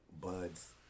buds